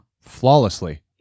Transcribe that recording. Flawlessly